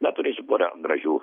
na turėsiu porą gražių